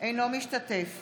אינו משתתף